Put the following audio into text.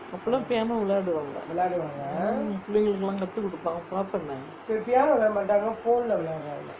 அப்போலாம்:appolaam piano விளையாடுவாங்கே பிள்ளைகளுக்கு லாம் கத்து குடுப்பாங்கே பாப்பேனே:vilaiyaaduvaangae pillaingalukku kathu kuduppangae paapanae